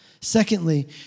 Secondly